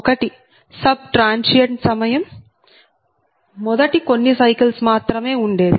ఒకటి sub transient సమయం మొదటి కొన్ని సైకిల్స్ మాత్రమే ఉండేది